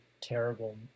terrible